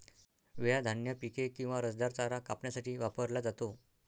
विळा धान्य पिके किंवा रसदार चारा कापण्यासाठी वापरला जातो